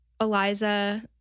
Eliza